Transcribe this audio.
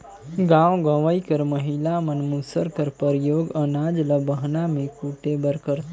गाँव गंवई कर महिला मन मूसर कर परियोग अनाज ल बहना मे कूटे बर करथे